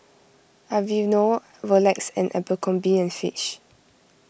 Aveeno Rolex and Abercrombie and Fitch